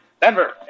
Denver